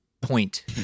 point